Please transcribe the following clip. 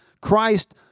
Christ